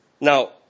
Now